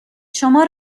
شما